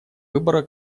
выбора